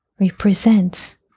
represents